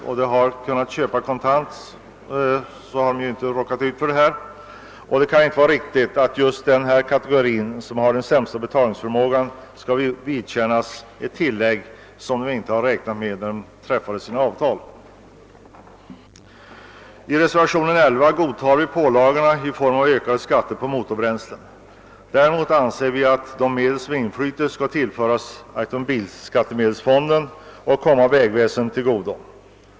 Om de hade kunnat köpa kontant hade de inte råkat ut för detta. Det kan inte vara riktigt att just den kategori som har den sämsta betalningsförmågan skall vidkännas ett pristillägg som man inte räknade med då man träffade avtalet. I reservationen 11 godtar vi pålagorna i form av ökade skatter på motorbränsle. Däremot anser vi att de medel som inflyter skall tillföras automobilskattemedelsfonden och komma vägväsendet till godo.